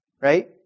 right